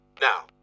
Now